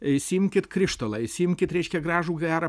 išsiimkit krištolą išsiimkit reiškia gražų gerą